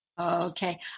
Okay